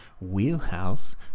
wheelhouse